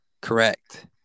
Correct